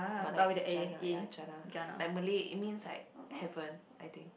but like Jana ya Jana like Malay it means like heaven I think